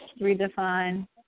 Redefine